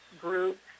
groups